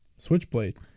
Switchblade